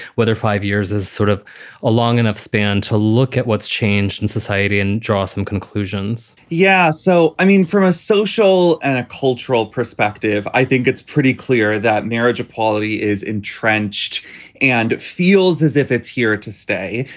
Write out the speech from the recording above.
whether five years is sort of a long enough span to look at what's changed in society and draw some conclusions yes. yeah so, i mean, from a social and a cultural perspective, i think it's pretty clear that marriage equality is entrenched and it feels as if it's here to stay.